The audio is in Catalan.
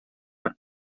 per